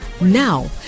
Now